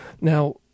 Now